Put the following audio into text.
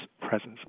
presence